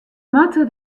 moatte